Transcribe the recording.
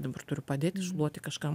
dabar turiu padėt iššluoti kažkam